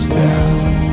down